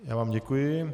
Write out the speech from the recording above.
Já vám děkuji.